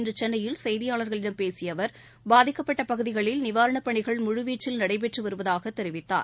இன்றுசென்னையில் செய்தியாளர்களிடம் பேசியஅவர் பாதிக்கப்பட்டபகுதிகளில் நிவாரணப் பணிகள் முழு வீச்சில் நடைபெற்றுவருவதாகதெரிவித்தார்